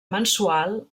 mensual